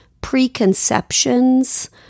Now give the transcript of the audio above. preconceptions